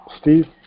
Steve